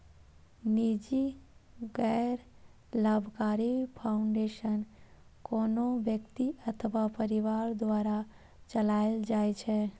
निजी गैर लाभकारी फाउंडेशन कोनो व्यक्ति अथवा परिवार द्वारा चलाएल जाइ छै